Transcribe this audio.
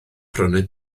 prynu